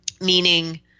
Meaning